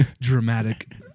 Dramatic